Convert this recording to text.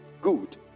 Good